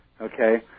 Okay